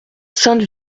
sainte